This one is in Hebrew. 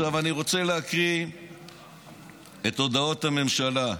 אני רוצה להקריא את הודעות הממשלה.